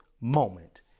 moment